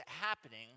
happening